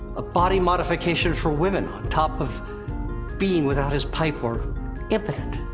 a body modification for woman on top of being without his pipe or impotent.